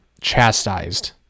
chastised